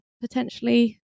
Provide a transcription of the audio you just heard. potentially